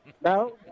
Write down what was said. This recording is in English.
No